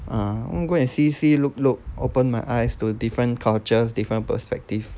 ah want to go and see see look look open my eyes to different culture different perspective